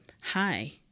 hi